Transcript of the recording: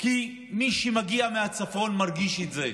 כי מי שמגיע מהצפון מרגיש את זה,